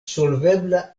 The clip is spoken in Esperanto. solvebla